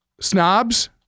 snobs